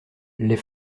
les